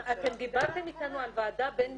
אתם דיברתם איתנו על ועדה בין משרדית,